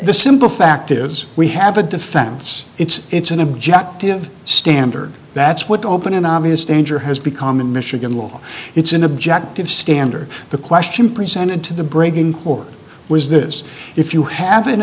the simple fact is we have a defense it's an objective standard that's what open and obvious danger has become in michigan law it's an objective standard the question presented to the break in court was this if you have an